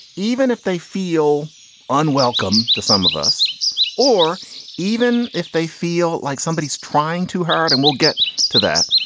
even if they feel unwelcome to some of us or even if they feel like somebody is trying too hard and we'll get to that,